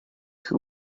who